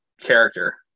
character